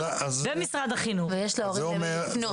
יש להורים למי לפנות.